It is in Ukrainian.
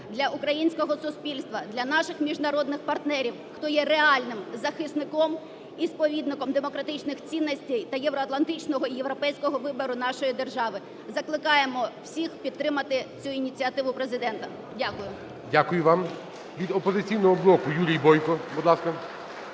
для українського суспільства, для наших міжнародних партнерів, хто є реальним захисником і сповідником демократичних цінностей та євроатлантичного і європейського вибору нашої держави. Закликаємо всіх підтримати цю ініціативу Президента. Дякую. Веде засідання Голова Верховної Ради